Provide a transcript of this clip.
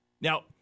Now